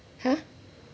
!huh!